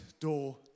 door